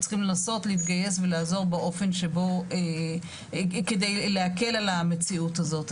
צריכים לנסות להתגייס ולעזור באופן שבו כדי להקל על המציאות הזאת,